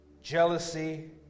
jealousy